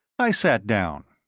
i sat down.